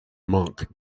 monk